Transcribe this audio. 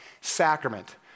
Sacrament